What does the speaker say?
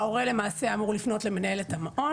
ההורה למעשה אמור לפנות למנהלת המעון